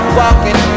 walking